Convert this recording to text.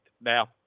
now